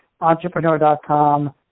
Entrepreneur.com